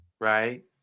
Right